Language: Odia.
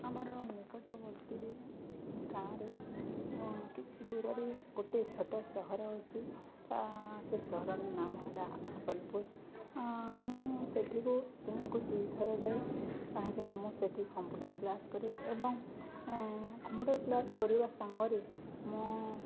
ଆମର ନିକଟବର୍ତ୍ତିରେ ଗାଁରୁ କିଛି ଦୂରରେ ଗୋଟେ ଛୋଟ ସହର ଅଛି ସେ ସହରର ନାମ ହେଲା ମୁଁ ସେଠିକୁ ଦିନକୁ ଦୁଇଥର ଯାଏ କାହିଁକିନା ମୁଁ ସେଠି କମ୍ପ୍ୟୁଟର କ୍ଲାସ୍ କରେ ଏବଂ କମ୍ପ୍ୟୁଟର କ୍ଲାସ୍ କରିବା ସାଙ୍ଗରେ ମୁଁ